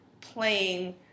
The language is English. playing